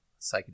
psychedelic